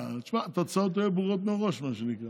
התוצאות היו ברורות מראש, מה שנקרא.